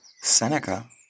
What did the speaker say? Seneca